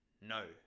no